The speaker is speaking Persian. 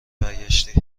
برگشتی